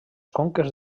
conques